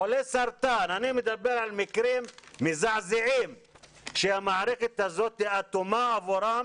אני מדבר על מקרים מזעזעים שהמערכת הזאת היא אטומה עבורם,